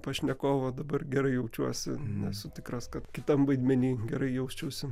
pašnekovo dabar gerai jaučiuosi nesu tikras kad kitam vaidmeny gerai jausčiausi